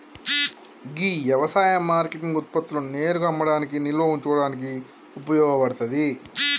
గీ యవసాయ మార్కేటింగ్ ఉత్పత్తులను నేరుగా అమ్మడానికి నిల్వ ఉంచుకోడానికి ఉపయోగ పడతాది